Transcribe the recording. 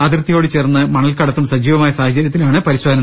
അതിർത്തിയോട് ചേർന്ന് മണൽ കടത്തും സജീവമായ സാഹചരൃത്തിലാണ് പരിശോധന